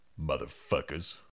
Motherfuckers